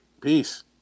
Peace